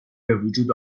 بوجود